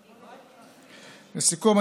לסיכום,